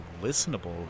listenable